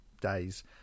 days